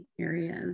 areas